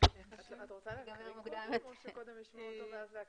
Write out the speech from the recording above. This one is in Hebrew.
את רוצה קודם להקריא ואחר כך לשמוע אותו?